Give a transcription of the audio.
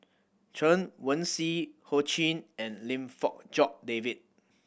Chen Wen Hsi Ho Ching and Lim Fong Jock David